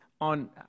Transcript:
on